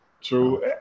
true